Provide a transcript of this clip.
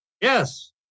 Yes